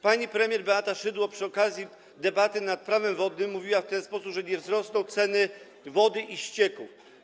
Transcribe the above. Pani premier Beata Szydło przy okazji debaty nad Prawem wodnym mówiła w ten sposób: nie wzrosną ceny wody i ścieków.